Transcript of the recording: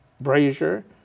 Brazier